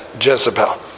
Jezebel